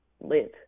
live